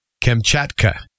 Kamchatka